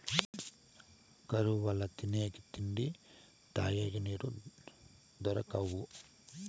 కరువు వల్ల తినేకి తిండి, తగేకి నీళ్ళు దొరకవు